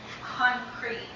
concrete